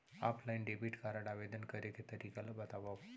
Offline debit card आवेदन करे के तरीका ल बतावव?